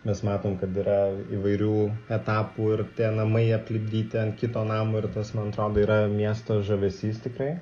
mes matom kad yra įvairių etapų ir tie namai aplipdyti ant kito namo ir tas man atrodo yra miesto žavesys tikrai